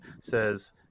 says